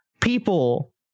people